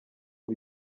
ngo